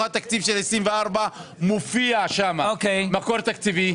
התקציב של 2024 מופיע שם מקור תקציבי,